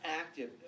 active